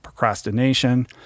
procrastination